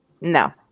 No